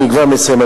אני כבר מסיים,